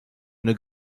une